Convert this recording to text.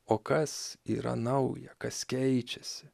o kas yra nauja kas keičiasi